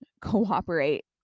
cooperate